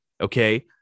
Okay